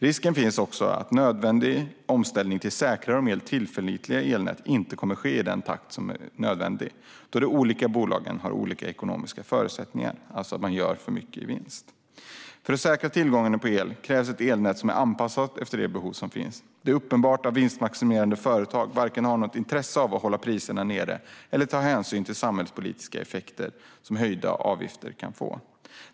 Risken finns också att den nödvändiga omställningen till ett säkrare och mer tillförlitligt elnät inte kommer att ske i den takt som är nödvändig, då de olika bolagen har olika ekonomiska förutsättningar, alltså att man gör för mycket i vinst. För att säkra tillgången på el krävs ett elnät som är anpassat efter de behov som finns. Det är uppenbart att vinstmaximerande företag inte har något intresse av att vare sig hålla priserna nere eller att ta hänsyn till de samhällspolitiska effekter som höjda avgifter kan få.